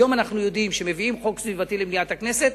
היום אנחנו יודעים שכאשר מביאים חוק סביבתי למליאת הכנסת,